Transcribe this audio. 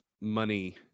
money